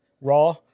raw